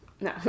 No